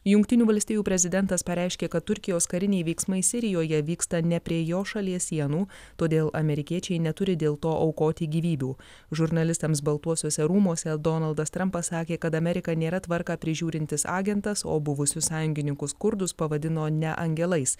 jungtinių valstijų prezidentas pareiškė kad turkijos kariniai veiksmai sirijoje vyksta ne prie jo šalies sienų todėl amerikiečiai neturi dėl to aukoti gyvybių žurnalistams baltuosiuose rūmuose donaldas trampas sakė kad amerika nėra tvarką prižiūrintis agentas o buvusius sąjungininkus kurdus pavadino ne angelais